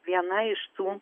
viena iš tų